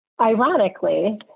Ironically